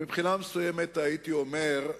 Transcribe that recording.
מבחינה מסוימת הייתי אומר,